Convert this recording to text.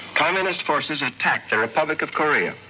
communist forces attacked the republic of korea.